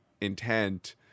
intent